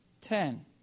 ten